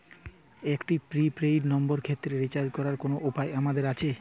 একটি prepaid নম্বরের ক্ষেত্রে রিচার্জ করার কোনো উপায় কি আমাদের আছে?